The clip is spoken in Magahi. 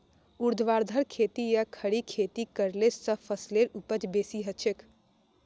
ऊर्ध्वाधर खेती या खड़ी खेती करले स फसलेर उपज बेसी हछेक